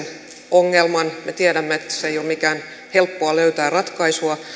ongelman me tiedämme että ei ole mitenkään helppoa löytää ratkaisua